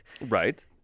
Right